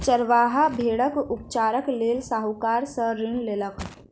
चरवाहा भेड़क उपचारक लेल साहूकार सॅ ऋण लेलक